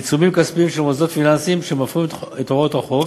עיצומים כספיים על מוסדות פיננסיים שמפרים את הוראות החוק,